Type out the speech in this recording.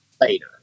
later